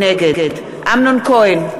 נגד אמנון כהן,